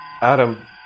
Adam